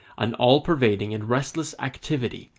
an all-pervading and restless activity,